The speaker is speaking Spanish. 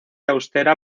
austera